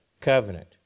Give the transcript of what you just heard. covenant